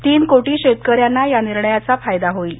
तीन कोटी शेतकऱ्यांना या निर्णयाचा फायदा होईल